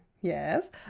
yes